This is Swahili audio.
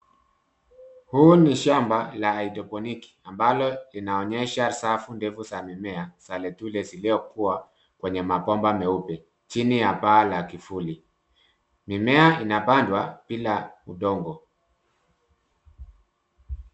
Huu ni shamba la hydroponic ambalo linaonyesha safu ndefu za mimea za letule ziliokua kwenye mabomba meupe chini ya paa la kivuli. Mimea inapandwa bila udongo.